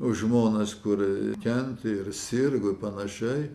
už žmones kuri kentė ir sirgo ir panašiai